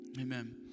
Amen